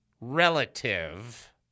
relative